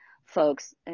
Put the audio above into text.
folks